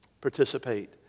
participate